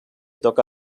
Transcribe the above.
toca